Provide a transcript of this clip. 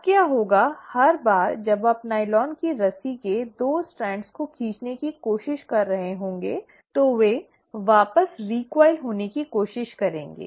अब क्या होगा हर बार जब आप नायलॉन की रस्सी के 2 स्ट्रैंड को खींचने की कोशिश कर रहे होंगे तो वे वापस रिकॉइल् होने की कोशिश करेंगे